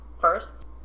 first